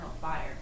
fire